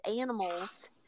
animals